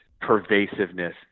pervasiveness